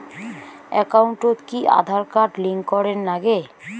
একাউন্টত কি Aadhaar card link করের নাগে?